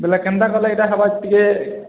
ବୋଲେ କେନ୍ତା କଲେ ଏଇଟା ହବା ଟିକେ